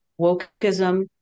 wokeism